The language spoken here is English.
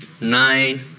nine